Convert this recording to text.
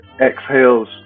exhales